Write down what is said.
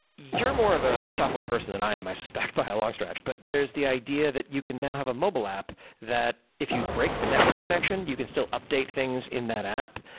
you're more of a software person than i am, i suspect, by a long stretch, but there is the idea that you can now have a mobile app that if you break the network connection, you can still update things in that app,